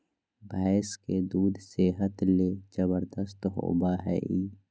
भैंस के दूध सेहत ले जबरदस्त होबय हइ